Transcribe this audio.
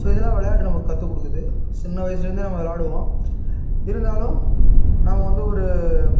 so இதெல்லாம் விளையாட்டு நமக்கு கற்றுக் கொடுக்குது சின்ன வயசுலேருந்தே நம்ம விளாடுவோம் இருந்தாலும் நம்ம வந்து ஒரு